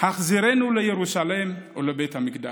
"החזירנו לירוסלם ולבית המקדש".